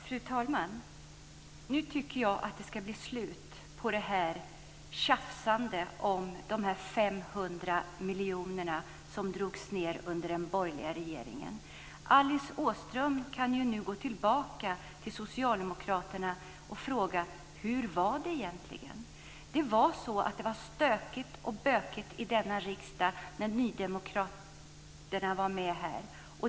Fru talman! Nu tycker jag att det ska vara slut med tjafsandet om neddragningen med 500 miljoner under den borgerliga regeringen. Alice Åström kan gå tillbaka till socialdemokraterna och fråga: Hur var det egentligen? Det var stökigt och bökigt i denna riksdag när nydemokraterna var med.